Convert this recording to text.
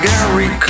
Gary